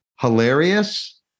Hilarious